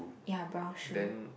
ya brown shoe